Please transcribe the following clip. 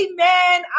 Amen